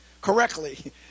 correctly